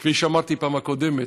כפי שאמרתי בפעם הקודמת,